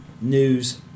news